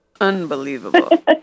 Unbelievable